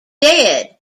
dead